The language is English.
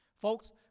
Folks